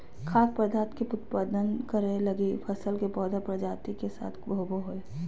खाद्य पदार्थ के उत्पादन करैय लगी फसल के पौधा प्रजाति के साथ होबो हइ